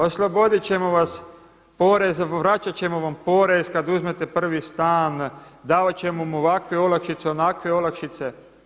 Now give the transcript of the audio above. Osloboditi ćemo vas poreza, vraćati ćemo vam porez kada uzmete prvi stan, davati ćemo vam ovakve olakšice, onakve olakšice.